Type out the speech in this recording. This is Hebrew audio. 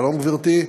שלום, גברתי,